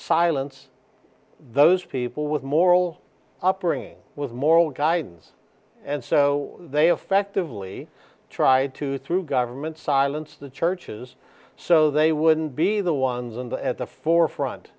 silence those people with moral upbringing was moral guidance and so they effectively tried to through government silence the churches so they wouldn't be the ones and at the